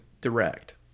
Direct